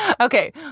Okay